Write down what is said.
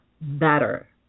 better